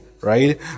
right